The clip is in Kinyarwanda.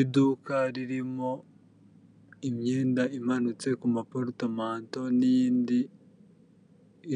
Iduka ririmo imyenda imanitse ku maporitomanto n'iyindi